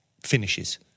finishes